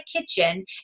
kitchen